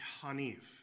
Hanif